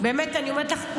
באמת אני אומרת לך,